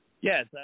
Yes